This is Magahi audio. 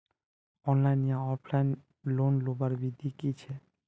ऑनलाइन या ऑफलाइन लोन लुबार विधि की छे?